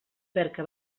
perquè